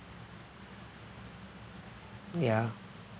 ya